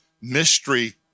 mystery